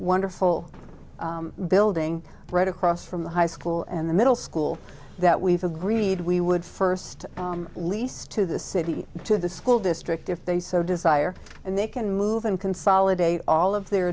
wonderful building right across from the high school and the middle school that we've agreed we would first lease to the city to the school district if they so desire and they can move and consolidate all of their